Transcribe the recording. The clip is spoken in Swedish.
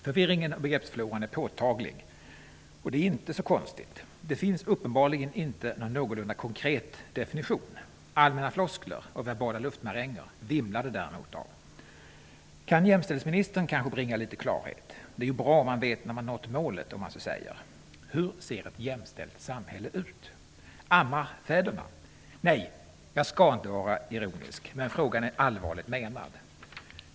Förvirringen i begreppsfloran är påtaglig, och det är inte så konstigt. Det finns uppenbarligen ingen någorlunda konkret definition. Allmänna floskler och verbala luftmaränger vimlar det däremot av. Kan jämställdhetsministern kanske bringa lite klarhet? Det är ju bra om man vet när man nått målet. Hur ser ett jämställt samhälle ut? Ammar fäderna? Nej, jag skall inte vara ironisk, men frågan är allvarligt menad.